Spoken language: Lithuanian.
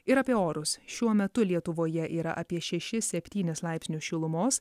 ir apie orus šiuo metu lietuvoje yra apie šešis septynis laipsnius šilumos